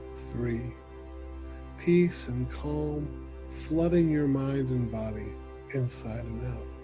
three peace and calm flooding your mind and body inside and